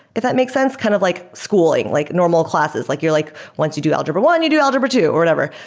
if that makes sense. kind of like schooling, like normal classes. like you're like, once you do algebra one, you do algebra two, or whatever.